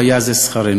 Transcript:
והיה זה שכרנו.